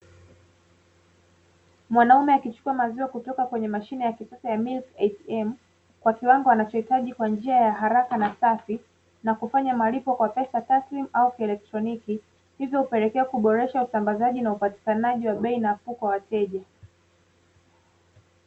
Mwanaume akichukua maziwa kutoka kwenye mashine ya kisasa ya milk ATM, kwa kiwango anachohitaji kwa njia ya haraka na safi. Na kufanya malipo kwa pesa taslimu au kielektroniki hivyo hupelekea kuboresha usambazaji na upatikanaji wa bei nafuu kwa wateja.